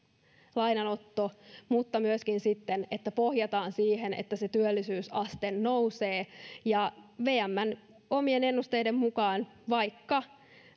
lainanotto mutta myöskin siitä että pohjataan siihen että se työllisyysaste nousee vmn omien ennusteiden mukaan vaikka